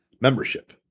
membership